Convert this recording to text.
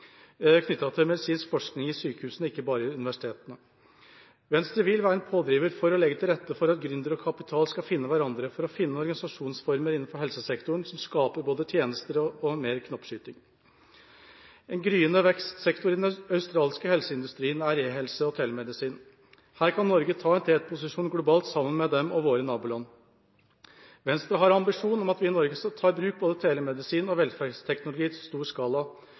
knyttet til medisinsk forskning i sykehusene, ikke bare ved universitetene. Venstre vil være en pådriver for å legge til rette for at gründer og kapital skal finne hverandre, og for å finne organisasjonsformer innenfor helsesektoren som skaper både tjenester og mer knoppskyting. En gryende vekstsektor innen den australske helseindustrien er e-helse og telemedisin. Her kan Norge ta en tetposisjon globalt sammen med dem og våre naboland. Venstre har ambisjon om at vi i Norge skal ta i bruk både telemedisin og velferdsteknologi i stor skala